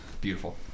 Beautiful